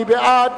מי בעד?